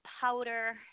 powder